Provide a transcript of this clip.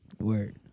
Word